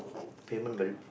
payment very